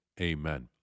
Amen